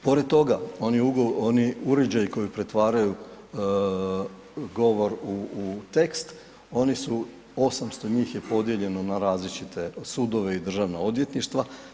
Pored toga oni uređaji koji pretvaraju govor u tekst, oni su 800 njih je podijeljeno na različite sudove i državna odvjetništva.